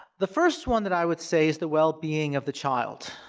the first one that i would say is the well-being of the child.